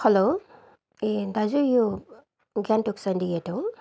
hello ए दाजु यो गान्तोक सिन्डिकेट हो